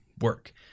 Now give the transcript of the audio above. work